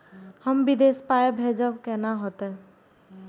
हम विदेश पाय भेजब कैना होते?